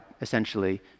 essentially